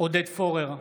עודד פורר,